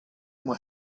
moi